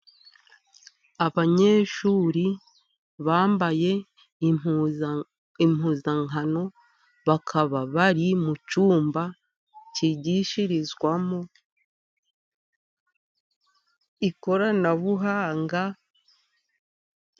Abanyeshuri bambaye impuza impuzankano, bakaba bari mu cyumba cyigishirizwamo ikoranabuhanga.